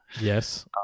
Yes